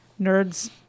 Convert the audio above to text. nerds